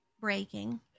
breaking